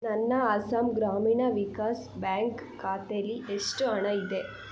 ನನ್ನ ಅಸ್ಸಾಮ್ ಗ್ರಾಮೀಣ ವಿಕಾಸ್ ಬ್ಯಾಂಕ್ ಖಾತೇಲಿ ಎಷ್ಟು ಹಣ ಇದೆ